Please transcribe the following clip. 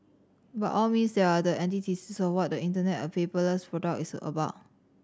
by all means they are the antithesis of what the Internet a paperless product is about